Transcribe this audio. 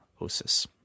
osis